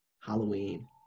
halloween